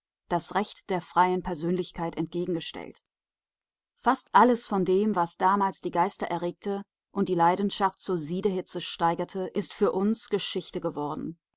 das recht der freien persönlichkeit entgegengestellt fast alles von dem was damals die geister erregte und die leidenschaft zur siedehitze steigerte ist für uns geschichte geworden